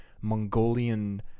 Mongolian